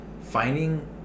finding